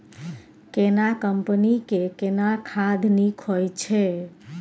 केना कंपनी के केना खाद नीक होय छै?